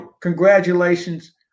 congratulations